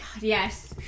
Yes